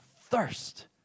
thirst